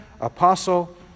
apostle